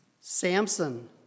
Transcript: Samson